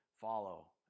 follow